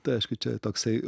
tai aišku čia toksai